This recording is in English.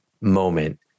moment